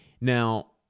now